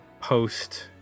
post